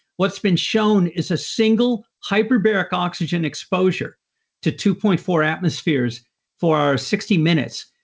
what's been shown is a single hyperbaric oxygen exposure to two point four atmospheres for our sixty minutes,